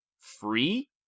free